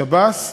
שב"ס,